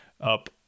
up